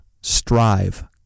Strive